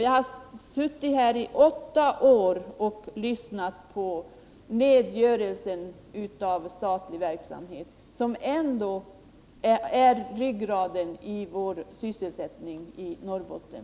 Jag har suttit här i riksdagen i åtta år och lyssnat på den borgerliga nedgöringen av statlig verksamhet, som ändå är ryggraden för sysselsättningen i Norrbotten.